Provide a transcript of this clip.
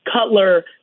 Cutler